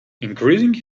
increasing